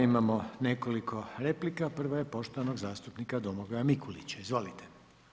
Imamo nekoliko replika, prva je poštovanog zastupnika Domagoja Mikulića, izvolite.